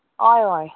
हय हय